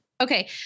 Okay